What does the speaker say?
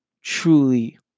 truly